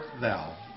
thou